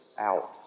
out